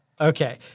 Okay